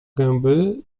gęby